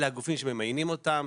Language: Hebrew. אלה הגופים שממיינים אותם,